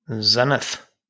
zenith